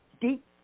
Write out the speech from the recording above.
deep